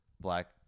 black